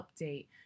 update